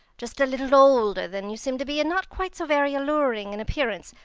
just a little older than you seem to be and not quite so very alluring in appearance.